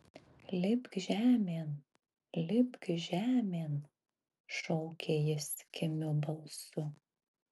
lipk žemėn lipk žemėn šaukė jis kimiu balsu